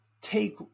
take